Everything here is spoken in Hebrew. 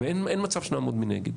אין מצב שנעמוד מנגד.